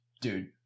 Dude